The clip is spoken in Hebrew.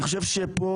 אני חושב שפה,